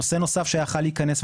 נושא נוסף שיכול להיכנס,